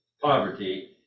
poverty